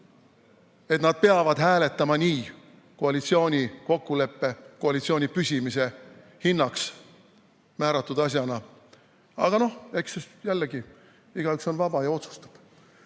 et nad peavad nii hääletama koalitsiooni kokkuleppe tõttu, koalitsiooni püsimise hinnaks määratud otsusena. Aga noh, eks jällegi, igaüks on vaba ja otsustab.